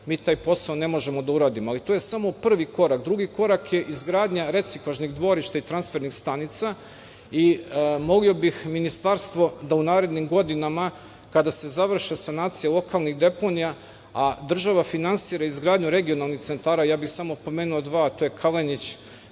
mi taj posao ne možemo da uradimo. To je samo prvi korak. Drugi korak je izgradnja reciklažnih dvorišta i transfernih stanica i molio bih ministarstvo da u narednim godinama kada se završi sanacija lokalnih deponija, a država finansira saradnju regionalnih centara, a ja bih samo dva pomenuo, to je Kalenić,